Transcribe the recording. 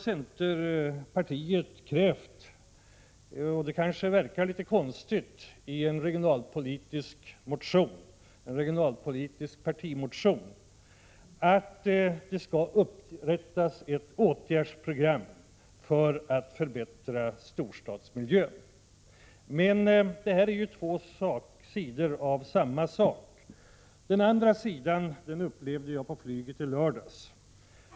Centerpartiet har krävt — och det kanske verkar litet konstigt — i en regionalpolitisk partimotion, att det skall skapas ett åtgärdsprogram för att förbättra storstadsmiljön. Men det handlar här bara om ena sidan av något som har två sidor. Den andra sidan upplevde jag på flyget i lördags.